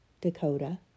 Dakota